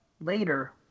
Later